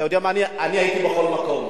אני הייתי בכל מקום.